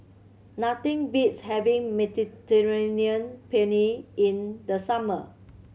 nothing beats having Mediterranean Penne in the summer